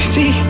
See